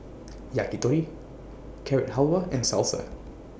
Yakitori Carrot Halwa and Salsa